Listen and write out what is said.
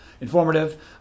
informative